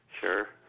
Sure